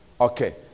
Okay